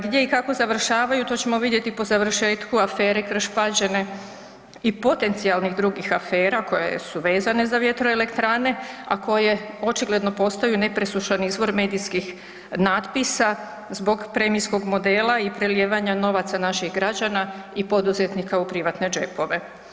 Gdje i kako završavaju to ćemo vidjeti po završetku afere Krš Pađene i potencijalnih drugih afera koje su vezane za vjetroelektrane, a koje očigledno postaju nepresušan izvor medijskih natpisa zbog premijskog modela i prelijevanja novaca naših građana i poduzetnika u privatne džepove.